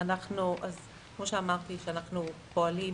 אנחנו פועלים